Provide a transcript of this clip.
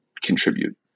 contribute